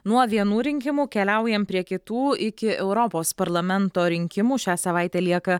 nuo vienų rinkimų keliaujam prie kitų iki europos parlamento rinkimų šią savaitę lieka